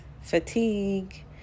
fatigue